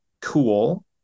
cool